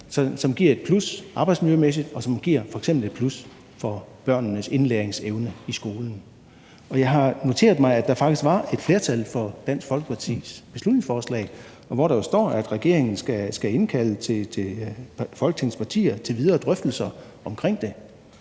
som giver et plus arbejdsmiljømæssigt, og som f.eks. giver et plus for børnenes indlæringsevne i skolerne. Jeg har noteret mig, at der faktisk var et flertal for Dansk Folkepartis beslutningsforslag, hvor der jo står, at regeringen skal indkalde Folketingets partier til videre drøftelser omkring det,